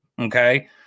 okay